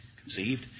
conceived